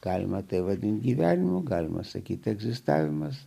galima tai vadinti gyvenimu galima sakyti egzistavimas